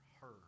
heard